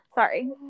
Sorry